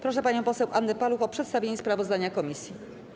Proszę panią poseł Annę Paluch o przedstawienie sprawozdania komisji.